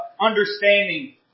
understanding